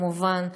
כמובן,